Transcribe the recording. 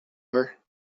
her